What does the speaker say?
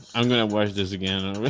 i'm gonna watch this again,